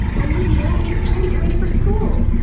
olivia! it's time to get ready for school!